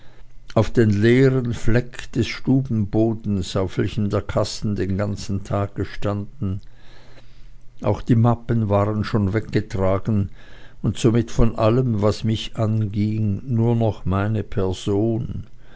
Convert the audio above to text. auf den leeren fleck des stubenbodens auf welchem der kasten den ganzen tag gestanden auch die mappen waren schon weggetragen und somit von allem was mich anging nur noch meine person